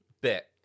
bit